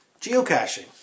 geocaching